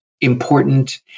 important